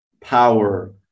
power